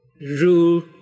rule